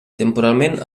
temporalment